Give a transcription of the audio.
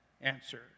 answer